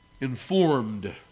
informed